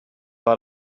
war